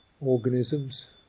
organisms